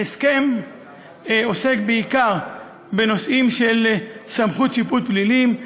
ההסכם עוסק בעיקר בנושאים של סמכות שיפוט בפלילים,